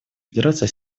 федерация